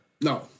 No